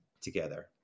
together